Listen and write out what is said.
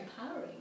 empowering